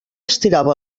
estirava